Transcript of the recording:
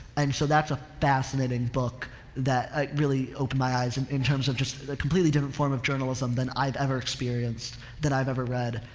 and so, that's a fascinating book that really opened my eyes in, in terms of just a completely different form of journalism than i've ever experienced, than i've ever read.